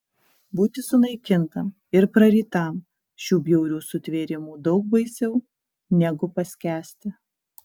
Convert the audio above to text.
būti sunaikintam ir prarytam šių bjaurių sutvėrimų daug baisiau negu paskęsti